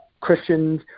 Christians